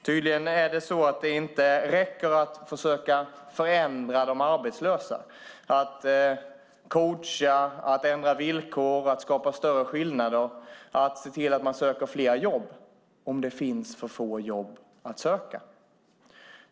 Tydligen räcker det inte att försöka förändra de arbetslösa, att coacha, ändra villkor, skapa större skillnader och att se till att man söker fler jobb, om det finns för få jobb att söka.